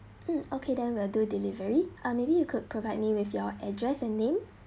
mm okay then we'll do delivery or maybe you could provide me with your address and name